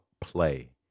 play